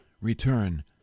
return